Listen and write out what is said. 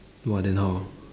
!wah! then how